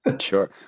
Sure